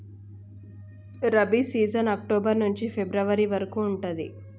rabi season October నుంచి February వరకు ఉంటది